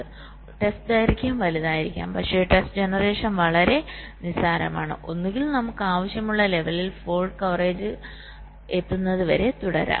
അതിനാൽ ടെസ്റ്റ് ദൈർഘ്യം വലുതായിരിക്കാം പക്ഷേ ടെസ്റ്റ് ജനറേഷൻ വളരെ നിസ്സാരമാണ് ഒന്നുകിൽ നമുക്ക് ആവശ്യമുള്ള ലെവലിൽ ഫോൾട്ട് കവറേജ് എത്തുന്നതുവരെ തുടരാം